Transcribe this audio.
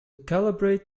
calibrate